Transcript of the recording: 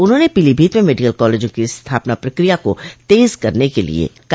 उन्होंने पीलीभीत में medical college की स्थपना प्रक्रिया को तेज करने के लिये कहा